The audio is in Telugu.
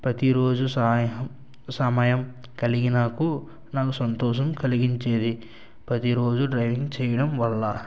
పతీరోజు సహాయం సమయం కలిగినకు నాకు సంతోషం కలిగించేది పదిరోజులు డ్రైవింగ్ చేయడం వల్ల